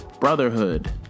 brotherhood